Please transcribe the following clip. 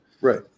Right